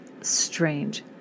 strange